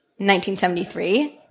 1973